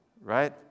right